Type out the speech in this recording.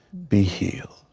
be healed.